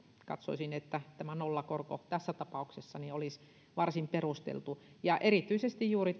katsoisin että tämä nollakorko tässä tapauksessa olisi varsin perusteltu erityisesti juuri